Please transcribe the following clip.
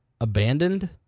Abandoned